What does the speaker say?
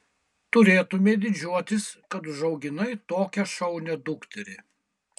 turėtumei didžiuotis kad užauginai tokią šaunią dukterį